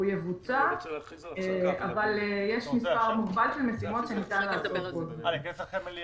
הוא יבוצע אבל יש מספר מוגבל של משימות שניתן לעשות בו זמנית.